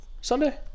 Sunday